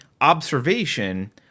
observation